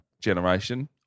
generation